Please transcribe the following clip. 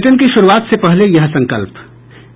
bulletin की शुरूआत से पहले ये संकल्प